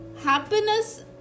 happiness